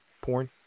porn